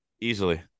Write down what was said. easily